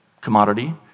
commodity